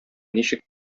ничек